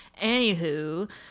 anywho